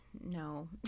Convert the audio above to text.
no